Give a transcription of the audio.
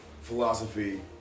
philosophy